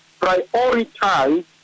Prioritize